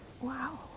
Wow